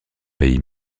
pays